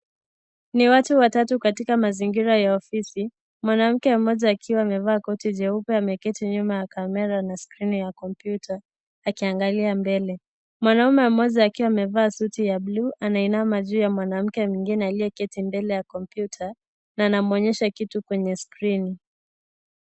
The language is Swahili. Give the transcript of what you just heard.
Ni watu watatu katika mazingira ya ofisi; mwanamke mmoja akiwa amevaa koti jeupe ameketi nyuma ya kamera na skrini ya kompyuta akiangalia mbele. Mwanaume mmoja akiwa amevaa suti ya buluu, anainama juu ya mwanamke mwingine aliyeketi mbele ya kompyuta na anamwonyesha kitu kwenye skrini.